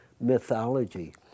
mythology